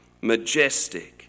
majestic